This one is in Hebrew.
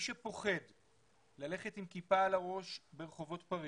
מי שפוחד ללכת עם כיפה על הראש ברחובות פריז,